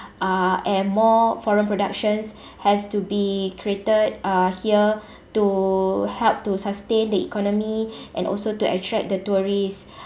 uh and more foreign productions has to be created uh here to help to sustain the economy and also to attract the tourists